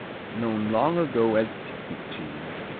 known long ago as picnic cheese,